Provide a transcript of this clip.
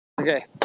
Okay